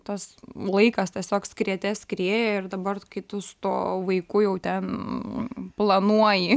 tas laikas tiesiog skriete skrieja ir dabar kai tu su tuo vaiku jau ten planuoji